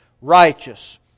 righteous